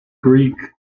greek